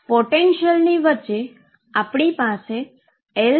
તો હવે આપણે પોટેંશીઅલની વચ્ચે આપણી પાસે L0 છે